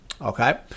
okay